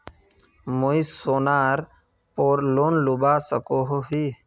मुई सोनार पोर लोन लुबा सकोहो ही?